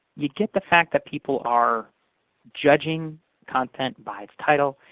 you get the fact that people are judging content by its title.